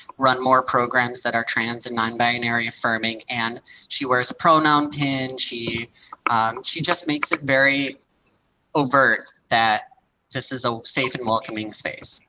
run more programs that are trans and non-binary affirming and she wears a pronoun pin. she she just makes it very overt that this is a safe and welcoming space.